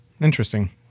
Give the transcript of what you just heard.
Interesting